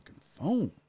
phone